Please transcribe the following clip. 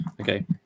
Okay